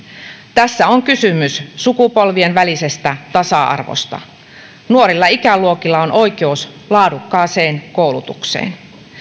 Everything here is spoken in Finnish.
tässä on kysymys sukupolvien välisestä tasa arvosta nuorilla ikäluokilla on oikeus laadukkaaseen koulutukseen